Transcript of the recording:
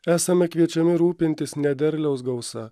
esame kviečiami rūpintis ne derliaus gausa